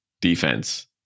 defense